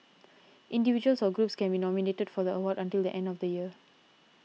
individuals or groups can be nominated for the award until the end of the year